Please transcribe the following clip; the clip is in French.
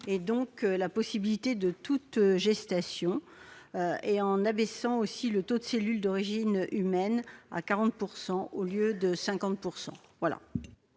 donc toute possibilité de gestation, et en abaissant le taux de cellules d'origine humaine à 40 % au lieu de 50 %.